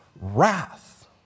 wrath